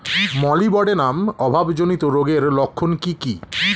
Molybdenum অভাবজনিত রোগের লক্ষণ কি কি?